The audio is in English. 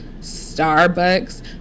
starbucks